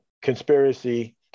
conspiracy